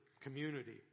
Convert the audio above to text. community